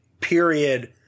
period